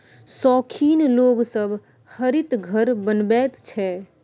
शौखीन लोग सब हरित घर बनबैत छै